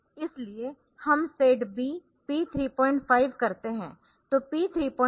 इसलिए हम set B p 35 Set B P35 करते है